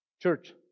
Church